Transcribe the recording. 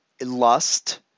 lust